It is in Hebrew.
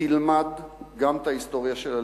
תלמד גם את ההיסטוריה של הליכוד,